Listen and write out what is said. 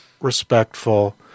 respectful